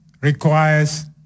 requires